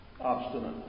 obstinate